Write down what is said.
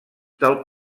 del